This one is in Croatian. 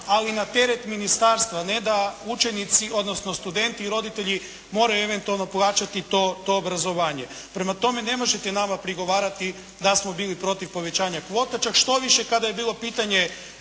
ali na teret ministarstva, a ne da učenici, odnosno studenti i roditelji moraju eventualno plaćati to obrazovanje. Prema tome, ne možete nama prigovarati da smo bili protiv povećanja kvota. Čak štoviše kada je bilo pitanje